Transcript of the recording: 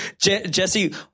Jesse